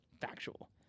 Factual